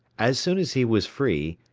as soon as he was free,